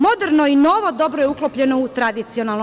Moderno i novo dobro je uklopljeno u tradicionalno.